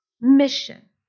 mission